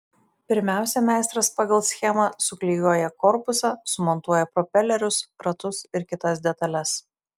pirmiausia meistras pagal schemą suklijuoja korpusą sumontuoja propelerius ratus ir kitas detales